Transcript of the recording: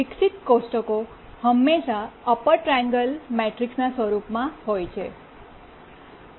વિકસિત કોષ્ટકો હંમેશા અપર ટ્રાઇઍન્ગ્યૂલર મેટ્રિક્સના રૂપમાં હોય છે